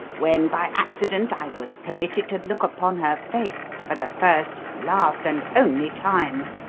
when, by accident, i was permitted to look upon her face for the first, last, and only time.